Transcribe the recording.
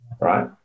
Right